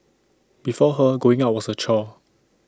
before her going out was A chore